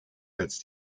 als